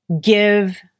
give